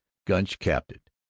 gunch capped it.